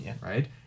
right